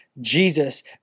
Jesus